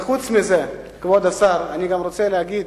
וחוץ מזה, כבוד השר, אני גם רוצה להגיד